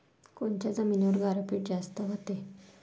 कोनच्या जमिनीवर गारपीट जास्त व्हते?